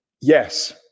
Yes